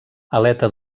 aleta